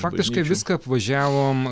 faktiškai viską apvažiavom